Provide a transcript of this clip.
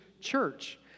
church